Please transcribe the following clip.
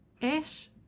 Ish